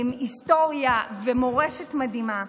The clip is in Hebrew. עם היסטוריה ומורשת מדהימה.